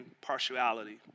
partiality